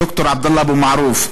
ד"ר עבדאללה אבו מערוף,